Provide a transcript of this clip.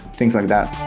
things like that.